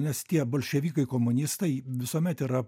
nes tie bolševikai komunistai visuomet yra